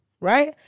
right